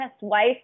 wife